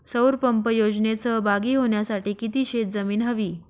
सौर पंप योजनेत सहभागी होण्यासाठी किती शेत जमीन हवी?